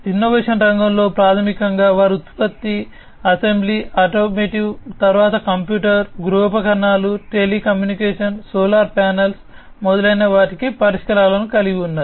innovation రంగంలో ప్రాథమికంగా వారు ఉత్పత్తి అసెంబ్లీ ఆటోమోటివ్ తరువాత కంప్యూటర్ గృహోపకరణాలు టెలికమ్యూనికేషన్ సోలార్ ప్యానెల్స్ మొదలైన వాటికి పరిష్కారాలను కలిగి ఉన్నారు